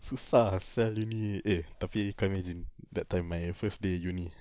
susah ah sia uni eh tapi kau imagine that time my first day uni